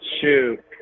Shoot